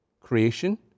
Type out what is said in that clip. creation